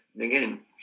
again